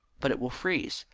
but it will freeze.